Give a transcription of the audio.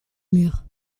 mur